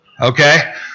Okay